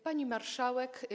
Pani Marszałek!